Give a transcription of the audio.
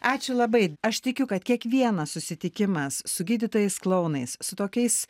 ačiū labai aš tikiu kad kiekvienas susitikimas su gydytojais klounais su tokiais